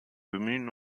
bemühen